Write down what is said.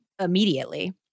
immediately